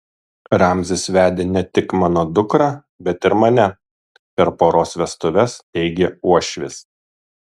ramzis vedė ne tik mano dukrą bet ir mane per poros vestuves teigė uošvis